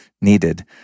needed